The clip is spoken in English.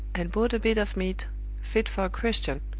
and bought a bit of meat fit for a christian.